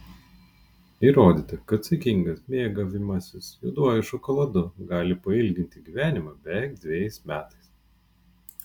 įrodyta kad saikingas mėgavimasis juoduoju šokoladu gali pailginti gyvenimą beveik dvejais metais